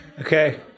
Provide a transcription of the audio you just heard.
Okay